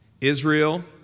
Israel